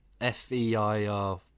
F-E-I-R